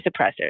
suppressors